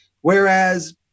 whereas